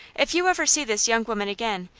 if you ever see this young woman again,